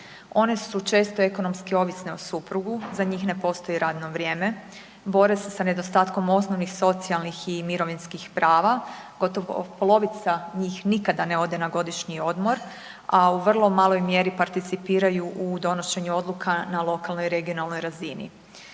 One su često ekonomski ovisne o suprugu, za njih ne postoji radno vrijeme, bore sa nedostatkom osnovnih socijalnih i mirovinskih prava, gotovo polovica njih nikada ne ode na godišnji odmor a u vrlo maloj mjeri participiraju u donošenju odluka na lokalnoj i regionalnoj razini.